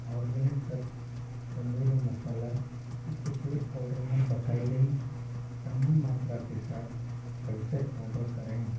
organic तत्व तंदूरी मसाला को पिछले ऑडर में बताई गई समान मात्रा के साथ फिर से ऑडर करें